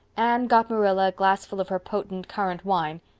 anne got marilla a glassful of her potent currant wine.